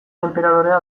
enperadorea